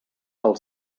pel